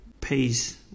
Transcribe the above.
pace